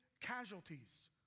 casualties